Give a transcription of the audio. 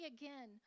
again